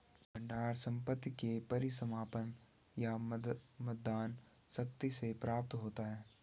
भंडार संपत्ति के परिसमापन या मतदान शक्ति से प्राप्त होता है